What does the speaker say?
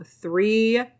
three